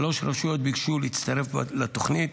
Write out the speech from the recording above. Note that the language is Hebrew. שלוש רשויות ביקשו להצטרף לתוכנית,